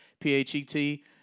P-H-E-T